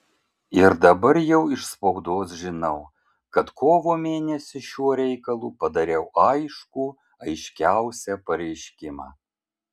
ir dabar jau iš spaudos žinau kad kovo mėnesį šiuo reikalu padariau aiškų aiškiausią pareiškimą